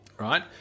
right